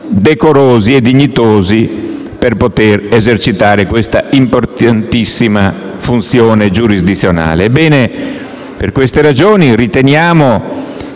decorosi e dignitosi per poter esercitare l'importantissima funzione giurisdizionale. Ebbene, per queste ragioni riteniamo